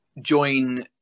join